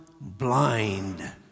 blind